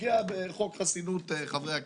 פוגע בחוק חסינות חברי הכנסת,